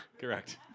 Correct